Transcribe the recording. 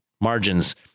margins